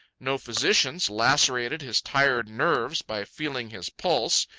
no physicians lacerated his tired nerves by feeling his pulse,